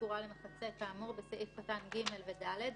סגורה למחצה כאמור בסעיף קטן (ג) ו-(ד),